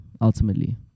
ultimately